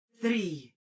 three